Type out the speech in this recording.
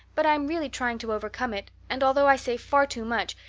but i am really trying to overcome it, and although i say far too much,